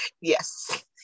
Yes